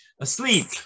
asleep